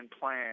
plan